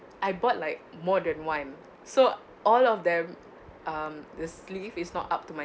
I bought like more than one so all of them um the sleeve is not up to my